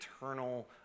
eternal